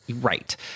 Right